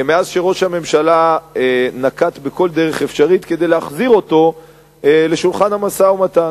מאז נקט ראש הממשלה כל דרך אפשרית כדי להחזיר אותו לשולחן המשא-ומתן.